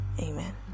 amen